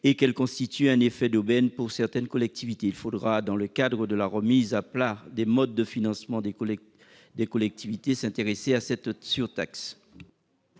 et qu'elle permet un effet d'aubaine pour certaines collectivités territoriales. Il faudra, dans le cadre de la remise à plat des modes de financement des collectivités, s'intéresser à cette surtaxe.